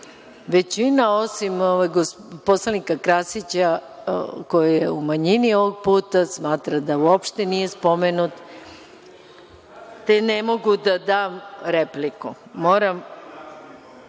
Većina, osim poslanika Krasića, koji je u manjini ovog puta, smatra da uopšte nije spomenut, te ne mogu da dam repliku. Reč ima